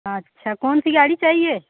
अच्छा कौनसी गाड़ी चाहिए